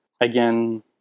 Again